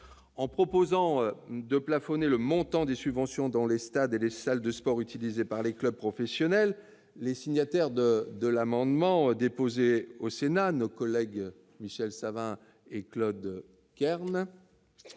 En proposant de plafonner le montant des subventions dans les stades et les salles de sport utilisés par les clubs professionnels, les signataires de l'amendement déposé au Sénat en première lecture, nos collègues Michel Savin et Claude Kern